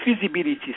feasibility